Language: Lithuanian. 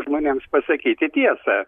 žmonėms pasakyti tiesą